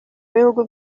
w’ibihugu